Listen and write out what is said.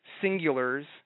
singulars –